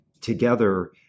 together